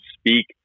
speak